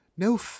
No